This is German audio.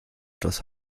etwas